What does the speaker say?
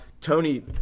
Tony